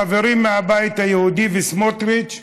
החברים מהבית היהודי, וסמוטריץ אמר: